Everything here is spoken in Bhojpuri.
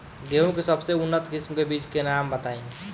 गेहूं के सबसे उन्नत किस्म के बिज के नाम बताई?